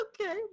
okay